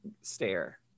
stare